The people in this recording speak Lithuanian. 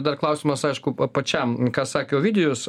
dar klausimas aišku pačiam ką sakė ovidijus